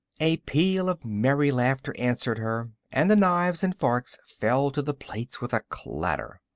a peal of merry laughter answered her, and the knives and forks fell to the plates with a clatter.